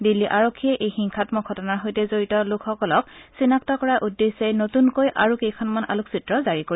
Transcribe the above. দিল্লী আৰক্ষীয়ে এই হিংসাম্মক ঘটনাৰ সৈতে জড়িত লোকসকলক চিনাক্ত কৰাৰ উদ্দেশ্যে নতুনকৈ আৰু কেইখনমান আলোকচিত্ৰ জাৰি কৰিব